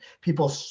people